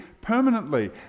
permanently